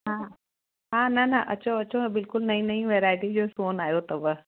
हा हा न न अचो अचो बिल्कुलु नईं नईं वैराएटी जो सोन आयो अथव